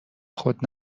خود